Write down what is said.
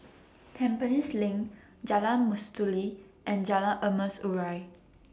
Tampines LINK Jalan Mastuli and Jalan Emas Urai